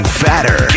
fatter